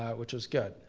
ah which was good.